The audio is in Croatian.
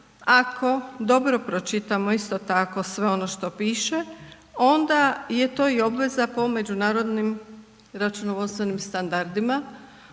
ako dobro pročitamo isto tako sve ono što piše onda je to i obveza po međunarodnim računovodstvenim standardima